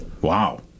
Wow